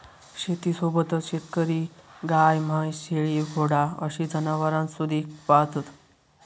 शेतीसोबतच शेतकरी गाय, म्हैस, शेळी, घोडा अशी जनावरांसुधिक पाळतत